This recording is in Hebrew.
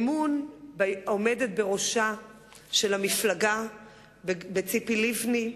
אמון בעומדת בראשה של המפלגה ציפי לבני,